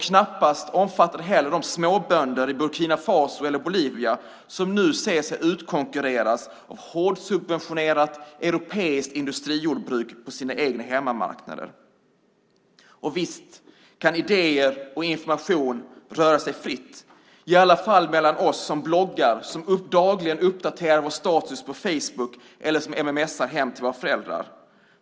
Knappast omfattade de heller de småbönder i Burkina Faso eller Bolivia som nu ser sig utkonkurreras av hårdsubventionerat europeiskt industrijordbruk på sina egna hemmamarknader. Visst kan idéer och information röra sig fritt, i alla fall mellan oss som bloggar, som dagligen uppdaterar vår status på Facebook eller som mms:ar hem till våra föräldrar.